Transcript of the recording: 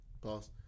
Pause